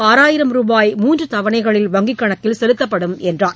ஆறாயிரம் ரூபாய் மூன்று தவணைகளில் வங்கிக் கணக்கில் செலுத்தப்படும் என்றார்